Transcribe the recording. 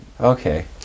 okay